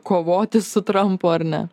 kovoti su trumpu ar ne